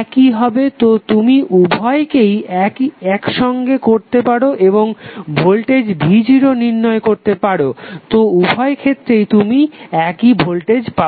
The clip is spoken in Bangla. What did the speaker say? একই হবে তো তুমি উভয়কেই একসঙ্গে করতে পারো এবং ভোল্টেজ v0 নির্ণয় করতে পারো তো উভয় ক্ষেত্রেই তুমি একই ভোল্টেজ পাবে